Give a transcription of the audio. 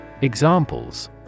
Examples